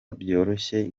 byoroshye